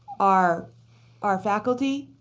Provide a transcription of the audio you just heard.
our our faculty,